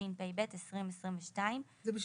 התשפ"ב 2022 (בסעיף זה,